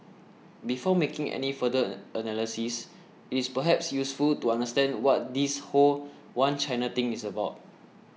before making any further analysis it's perhaps useful to understand what this whole One China thing is about